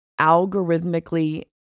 algorithmically